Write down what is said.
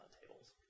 tables